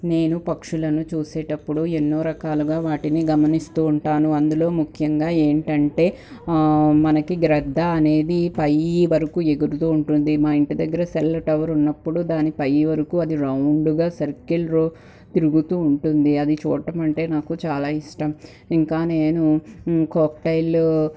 నేను పక్షులను చూసేటప్పుడు ఎన్నో రకాలుగా వాటిని గమనిస్తూ ఉంటాను అందులో ముఖ్యంగా ఏంటంటే మనకి గ్రద్ద అనేది పై వరకు ఎగురుతూ ఉంటుంది మా ఇంటి దగ్గర సెల్ టవర్ ఉన్నప్పుడు దానిపై వరకు అది రౌండ్గా సర్కిల్రో తిరుగుతూ ఉంటుంది అది చూడ్డం అంటే నాకు చాలా ఇష్టం ఇంకా నేను కాక్టైలు